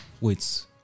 Wait